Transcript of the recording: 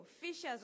fishers